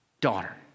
Daughter